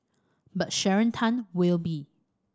but Sharon Tan will be